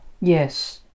Yes